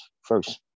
first